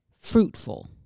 Fruitful